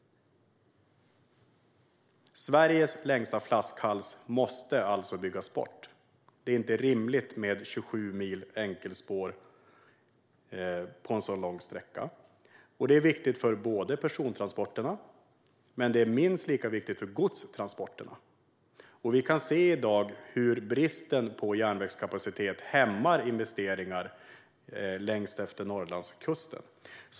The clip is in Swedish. Sveriges längsta flaskhals måste byggas bort. Det är inte rimligt med 27 mil enkelspår på en så lång sträcka. Detta är viktigt för persontransporterna, men det är minst lika viktigt för godstransporterna. Vi kan se i dag hur bristen på järnvägskapacitet hämmar investeringar längs Norrlandskusten.